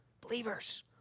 Believers